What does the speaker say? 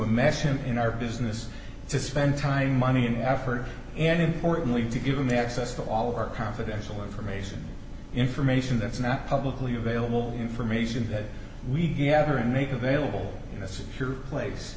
amass him in our business to spend time money and effort and importantly to give him access to all of our confidential information information that's not publicly available information that we have here and make available in a secure place